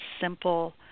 simple